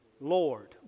Lord